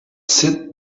sit